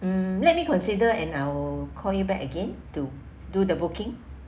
um let me consider and I will call you back again to do the booking